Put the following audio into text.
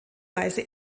weise